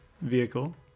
vehicle